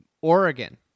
Oregon